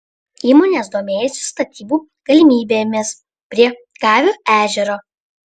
įmonės domėjosi statybų galimybėmis prie gavio ežero